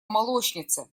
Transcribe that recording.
молочнице